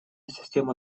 система